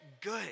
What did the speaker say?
Good